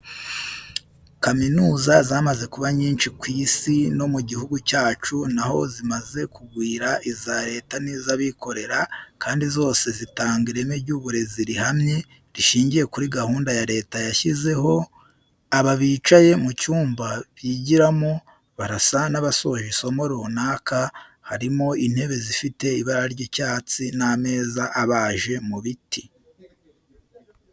Kaminuza zamaze kuba nyinshi ku Isi no mu gihugu cyacu na ho zimaze kugwira iza Leta n'izabikorera kandi zose zitanga ireme ry'uburezi rihamye, rishingiye kuri gahunda ya Leta yashyizeho, aba bicaye mu cyumba bigiramo barasa n'abasoje isomo runaka, harimo intebe zifite ibara ry'icyatsi n'ameza abaje mu biti.